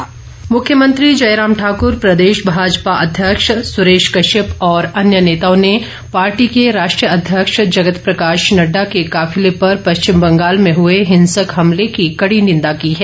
निंदा मुख्यमंत्री जयराम ठाकुर प्रदेश भाजपा अध्यक्ष सुरेश कश्यप और अन्य नेताओं ने पार्टी के राष्ट्रीय अध्यक्ष जगत प्रकाश नड़डा के काफिले पर पश्चिम बंगाल में हुए हिंसक हमले की कड़ी निंदा की है